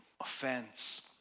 offense